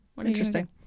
Interesting